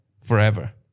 forever